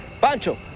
Pancho